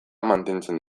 mantentzen